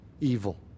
evil